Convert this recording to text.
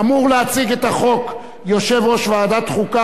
אמור להציג את החוק יושב-ראש ועדת חוקה,